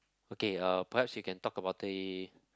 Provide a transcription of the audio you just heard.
okay uh perhaps you can talk about the